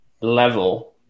level